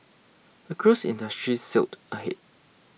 the cruise industry sailed ahead